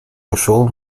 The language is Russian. ушел